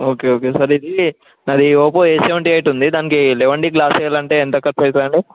okay okay sir ఇది నాది Oppo S seventy eight ఉంది దానికి లెవన్ డి గ్లాస్ వెయ్యాలంటే ఎంత ఖర్చవుతుందండి